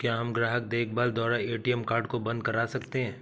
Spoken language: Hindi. क्या हम ग्राहक देखभाल द्वारा ए.टी.एम कार्ड को बंद करा सकते हैं?